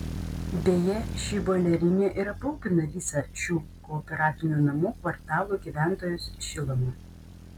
beje ši boilerinė ir aprūpina visą šių kooperatinių namų kvartalų gyventojus šiluma